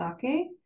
sake